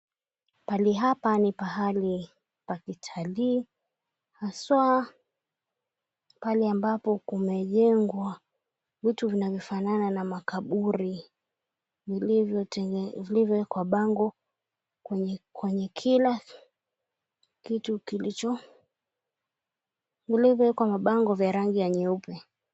Pahali hapa ni pahali pa kitalii haswa pale ambapo kumejengwa vitu vinavyofanana na makaburi vilivyowekwa bango kwenye kila kitu kilicho vilivyowekwa mabango ya rangi nyeupe.